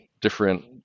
different